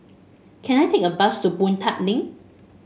can I take a bus to Boon Tat Link